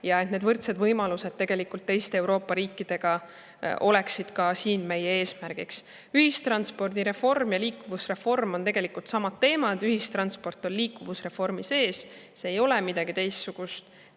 ja ka võrdsed võimalused teiste Euroopa riikidega on siin meie eesmärgiks. Ühistranspordireform ja liikuvusreform on tegelikult sama teema, ühistransport on liikuvusreformi sees, see ei ole midagi teistsugust.